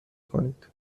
کنید